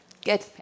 Good